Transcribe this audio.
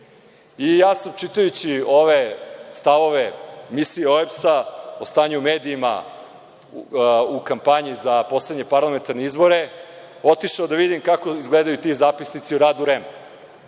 sam čitajući ove stavove misije OEPS o stanju u medijima u kampanji za poslednje parlamentarne izbore otišao da vidim kako izgledaju ti zapisnici o radu REM,